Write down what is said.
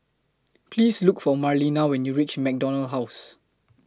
Please Look For Marlena when YOU REACH MacDonald House